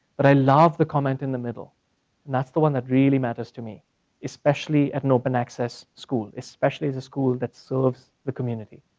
but i love the comment in the middle, and that's the one that really matters to me especially at an open access school, especially the school that serves the community,